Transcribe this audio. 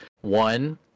one